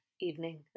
evening